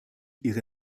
ihre